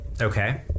Okay